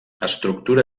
estructura